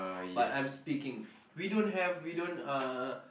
but I'm speaking we don't have we don't uh